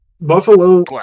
Buffalo